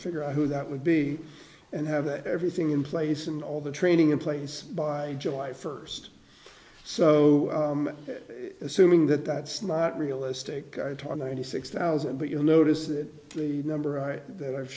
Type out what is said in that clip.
figure out who that would be and have that everything in place and all the training in place by july first so that assuming that that's not realistic i told ninety six thousand but you'll notice that the number i that i've